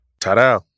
Ta-da